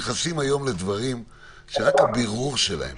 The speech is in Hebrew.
אתם נכנסים היום לדברים שרק הבירור שלהם